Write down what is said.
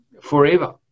forever